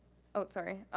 oh sorry.